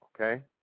Okay